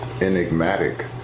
enigmatic